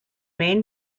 main